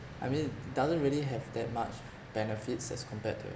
I mean it doesn't really have that much benefits as compared to